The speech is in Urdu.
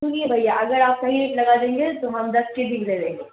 سنیے بھیا اگر آپ صحیح ریٹ لگا دیں گے تو ہم دس کے جی بھی لے لیں گے